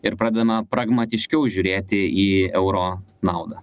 ir pradedame pragmatiškiau žiūrėti į euro naudą